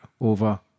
over